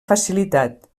facilitat